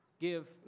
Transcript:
give